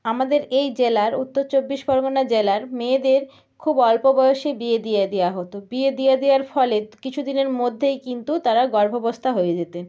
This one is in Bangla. আমাদের এই জেলার উত্তর চব্বিশ পরগনা জেলার মেয়েদের খুব অল্প বয়সে বিয়ে দিয়ে দেওয়া হতো বিয়ে দিয়ে দেওয়ার ফলে কিছু দিনের মধ্যেই কিন্তু তারা গর্ভাবস্থা হয়ে যেতেন